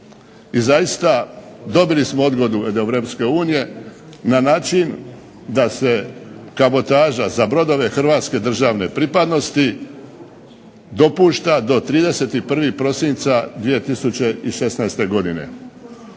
I zaista dobili smo odgodu od Europske unije, na način da se kabotaža za brodove hrvatske državne pripadnosti dopušta do 31. prosinca 2016. godine.